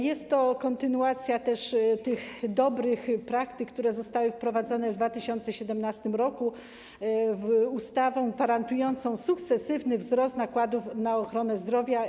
Jest to kontynuacja dobrych praktyk, które zostały wprowadzone w 2017 r. ustawą gwarantującą sukcesywny wzrost nakładów na ochronę zdrowia.